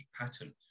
pattern